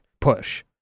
push